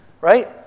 right